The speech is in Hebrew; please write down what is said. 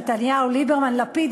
נתניהו-ליברמן-לפיד,